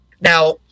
Now